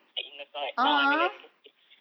like in love so like not I'm in a relationship